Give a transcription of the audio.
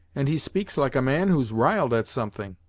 and he speaks like a man who's riled at something.